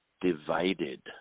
divided